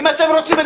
אם אתם רוצים,